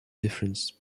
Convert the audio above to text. difference